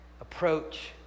Approach